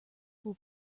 will